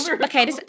okay